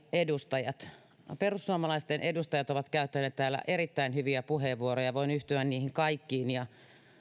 edustajat perussuomalaisten edustajat ovat käyttäneet täällä erittäin hyviä puheenvuoroja voin yhtyä niihin kaikkiin ja